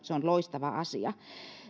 se on loistava asia